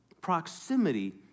Proximity